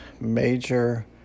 major